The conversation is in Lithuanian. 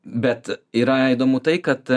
bet yra įdomu tai kad